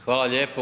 Hvala lijepa.